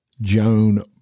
Joan